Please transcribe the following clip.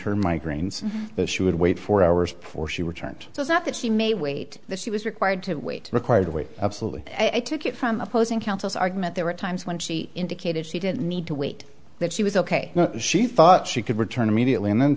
her migraines that she would wait four hours before she returned it was not that she may wait that she was required to wait required wait absolutely i took you from opposing counsels argument there were times when she indicated she didn't need to wait that she was ok she thought she could return immediately and